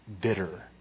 Bitter